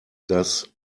das